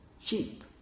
cheap